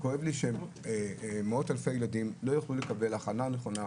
כואב לי שמאות אלפי ילדים לא יוכלו לקבל הכנה נכונה